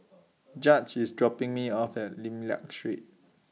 Judge IS dropping Me off At Lim Liak Street